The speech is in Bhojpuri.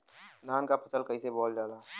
धान क फसल कईसे बोवल जाला?